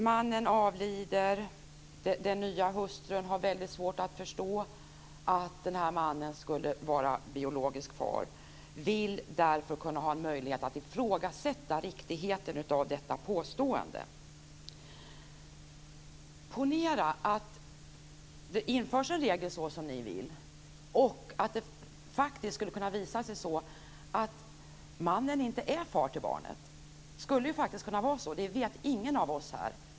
Mannen avled, och den nya hustrun hade mycket svårt att förstå att han skulle vara biologisk far till barnet. Hon vill därför ha en möjlighet att ifrågasätta riktigheten av detta påstående. Ponera att det införs en sådan regel som ni vill ha. Det skulle faktiskt kunna vara så att mannen inte är far till barnet - det vet inte någon av oss här.